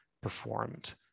performed